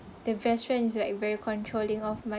the bestfriend is like very controlling of my